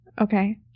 Okay